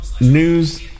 news